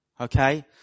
okay